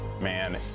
man